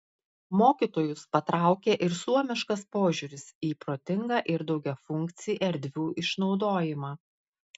mokytojus patraukė ir suomiškas požiūris į protingą ir daugiafunkcį erdvių išnaudojimą